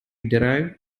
derived